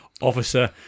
officer